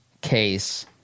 case